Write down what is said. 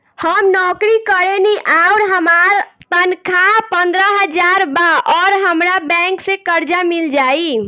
हम नौकरी करेनी आउर हमार तनख़ाह पंद्रह हज़ार बा और हमरा बैंक से कर्जा मिल जायी?